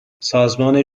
سازمان